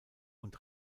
und